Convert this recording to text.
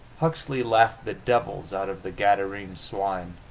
huxley laughed the devils out of the gadarene swine.